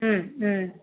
ம் ம்